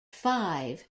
five